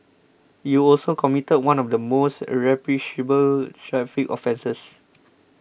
you also committed one of the most traffic offences